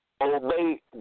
obey